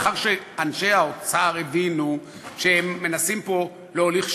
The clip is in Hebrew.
מאחר שאנשי האוצר הבינו שהם מנסים פה להוליך שולל,